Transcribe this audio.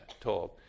told